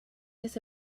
this